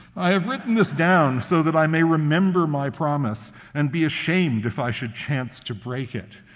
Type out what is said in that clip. i have written this down so that i may remember my promise and be ashamed if i should chance to break it.